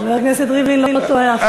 חבר הכנסת ריבלין לא טועה אף פעם.